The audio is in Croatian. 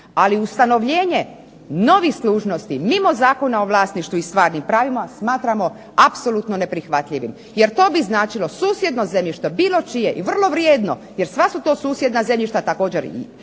Ali ustanovljenje novih služnosti mimo Zakona o vlasništvu i stvarnim pravima smatramo apsolutno neprihvatljivim jer to bi značilo susjedno zemljište, bilo čije i vrlo vrijedno jer sva su to susjedna zemljišta također